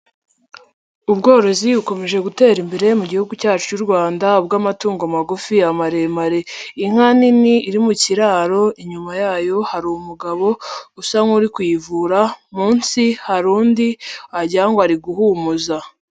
Ubworozi bukomeje gutera imbere mu gihugu cyacu cy'u Rwanda, ubw'amatungo magufi, amaremare, inka nini iri mu kiraro inyuma yayo hari umugabo usa n'uri kuyivura, munsi hari undi wagira ngo ari guhumuza.